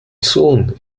sohn